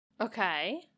Okay